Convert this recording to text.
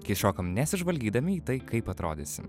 kai šokam nesižvalgydami į tai kaip atrodysim